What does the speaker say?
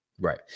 right